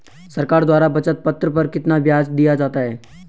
सरकार द्वारा बचत पत्र पर कितना ब्याज दिया जाता है?